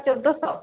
চোদ্দোশো